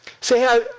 Say